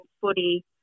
footy